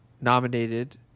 nominated